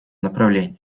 направлении